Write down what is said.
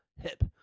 hip